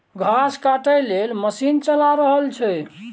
घास काटय लेल मशीन चला रहल छै